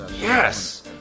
Yes